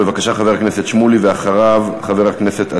בבקשה, חבר הכנסת שמולי.